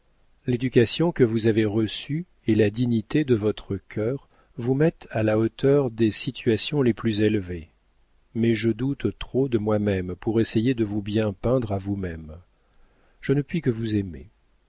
l'éducation que vous avez reçue et la dignité de votre cœur vous mettent à la hauteur des situations les plus élevées mais je doute trop de moi-même pour essayer de vous bien peindre à vous-même je ne puis que vous aimer